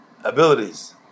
abilities